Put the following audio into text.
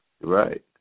Right